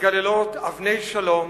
מתגלגלות אבני שלום,